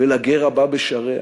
ולגר הבא בשעריה?